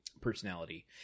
personality